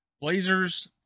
Blazers